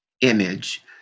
image